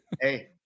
Hey